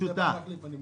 שיבוא להחליף, אני מוכן.